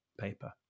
paper